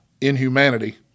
inhumanity